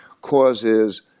causes